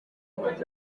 umuryango